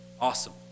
awesome